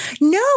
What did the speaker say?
No